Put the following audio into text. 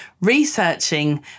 researching